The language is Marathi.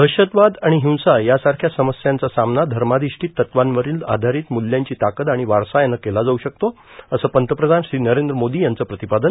दहशतवाद आणि हिंसा यासारख्या समस्यांचा सामना धर्माधिष्ठित तत्वांवरील आधारित मूल्यांची ताकद आणि वारसा यानं केला जाऊ शकतो असं पंतप्रधान श्री नरेंद्र मोदी यांचं प्रतिपादन